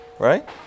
Right